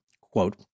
quote